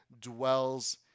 dwells